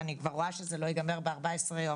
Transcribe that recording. ואני כבר רואה שזה לא ייגמר ב-14 יום,